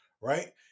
right